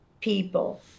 people